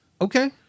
Okay